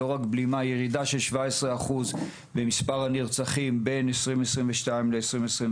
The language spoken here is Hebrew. לא רק בלימה אלא ירידה של 17% במספר הנרצחים בין השנים 2021 - 2022.